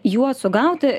juos sugauti